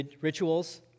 rituals